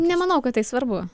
nemanau kad tai svarbu